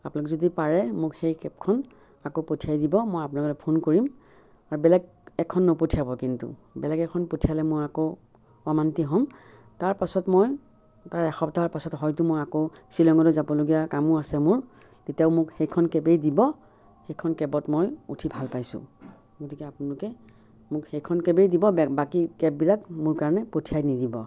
আপোনালোকে যদি পাৰে মোক সেই কেবখন আকৌ পঠিয়াই দিব মই আপোনালে ফোন কৰিম বা বেলেগ এখন নপঠিয়াব কিন্তু বেলেগ এখন পঠিয়ালে মই আকৌ অমান্তি হ'ম তাৰপাছত মই বা এসপ্তাহৰ পাছত হয়তো মই আকৌ শ্বিলঙলৈ যাবলগীয়া কামো আছে মোৰ তেতিয়াও মোক সেইখন কেবেই দিব সেইখন কেবত মই উঠি ভাল পাইছোঁ গতিকে আপোনালোকে মোক সেইখন কেবেই দিব বে বাকী কেববিলাক মোৰ কাৰণে পঠিয়াই নিদিব